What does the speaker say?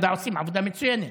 מד"א עושים עבודה מצוינת,